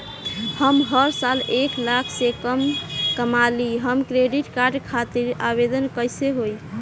हम हर साल एक लाख से कम कमाली हम क्रेडिट कार्ड खातिर आवेदन कैसे होइ?